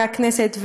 מהכנסת,